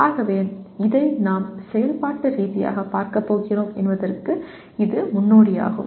ஆகவே இதை நாம் செயல்பாட்டு ரீதியாகப் பார்க்கப் போகிறோம் என்பதற்கு இது முன்னோடியாகும்